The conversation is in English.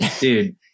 dude